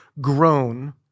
grown